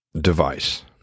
device